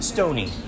Stony